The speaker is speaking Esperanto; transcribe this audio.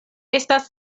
estas